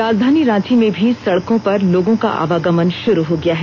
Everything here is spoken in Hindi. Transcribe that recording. राजधानी रांची में भी सड़कों पर लोगों का आवागमन शी षुरू हो गया है